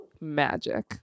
magic